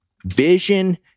Vision